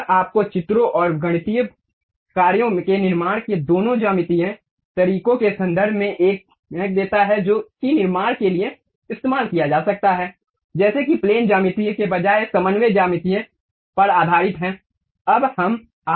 यह आपको चित्रों और गणितीय कार्यों के निर्माण के दोनों ज्यामितीय तरीकों के संदर्भ में एक महक देता है जो कि निर्माण के लिए इस्तेमाल किया जा सकता है जैसे कि प्लेन ज्यामिति के बजाय समन्वय ज्यामिति पर आधारित है